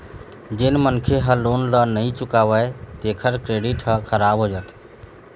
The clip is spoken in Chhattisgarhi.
जेन मनखे ह लोन ल नइ चुकावय तेखर क्रेडिट ह खराब हो जाथे